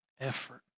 effort